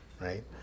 Right